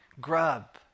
grub